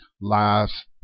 lives